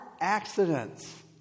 accidents